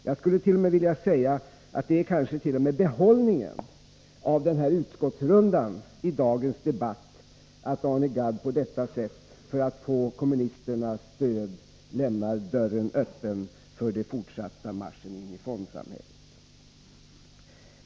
Jag skulle t.o.m. vilja säga att det kanske är behållningen av utskottsrundan i dagens debatt att Arne Gadd på detta sätt — för att få kommunisternas stöd — lämnar dörren öppen för den fortsatta marschen in i fondsamhället.